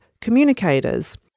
communicators